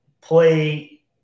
play